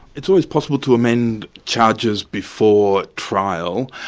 it's always possible to amend charges before trial.